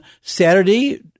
Saturday